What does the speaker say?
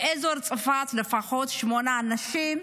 באזור צפת, לפחות שמונה אנשים,